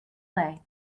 play